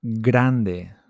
Grande